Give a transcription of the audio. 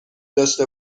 داشته